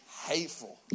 Hateful